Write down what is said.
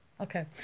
Okay